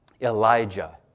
Elijah